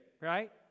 right